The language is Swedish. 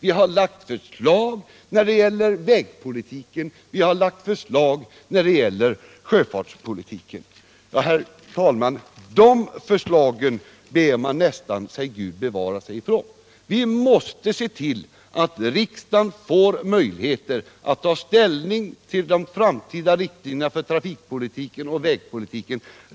Vi har lagt fram förslag när det gäller vägpolitiken, och vi har lagt fram förslag när det gäller sjöfartspolitiken. Men, herr talman, de förslagen ber man nästan Gud bevara sig ifrån! Vi måste se till att riksdagen får möjligheter att ta ställning till de framtida riktlinjerna för trafikpolitiken och vägpolitiken.